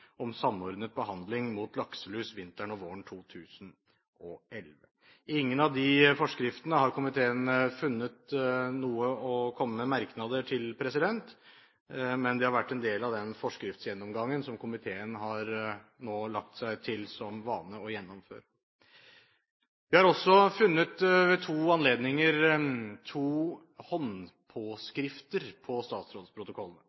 om samordnet behandling mot lakselus vinteren og våren 2011. Ingen av disse forskriftene har komiteen funnet å komme med merknader til, men de har vært en del av den forskriftsgjennomgangen som komiteen nå har lagt seg til som vane å gjennomføre. Vi har også ved to anledninger